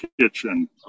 kitchen